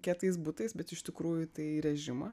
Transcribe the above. kietais butais bet iš tikrųjų tai režimą